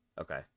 Okay